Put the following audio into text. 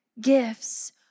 gifts